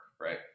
right